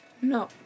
No